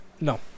No